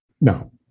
no